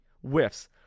whiffs